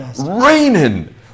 raining